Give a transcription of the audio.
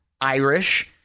Irish